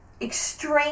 Extreme